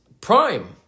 prime